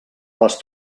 les